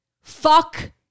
Fuck